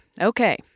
Okay